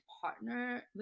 partner